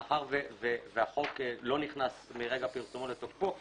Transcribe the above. מאחר שהחוק לא נכנס מרגע פרסומו לתוקפו,